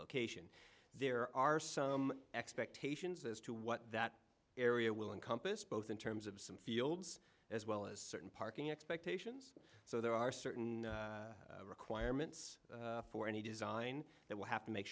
location there are some expectations as to what that area will encompass both in terms of some fields as well as certain parking expectations so there are certain requirements for any design that we have to make